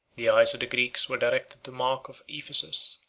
the eyes of the greeks were directed to mark of ephesus,